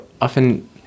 often